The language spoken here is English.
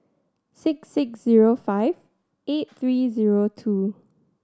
six six zero five eight three zero two